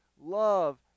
love